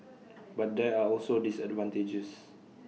but there are also disadvantages